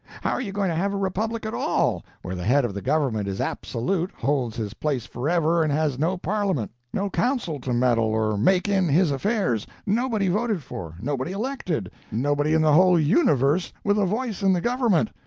how are you going to have a republic at all, where the head of the government is absolute, holds his place forever, and has no parliament, no council to meddle or make in his affairs, nobody voted for, nobody elected, nobody in the whole universe with a voice in the government,